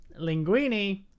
Linguini